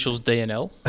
DNL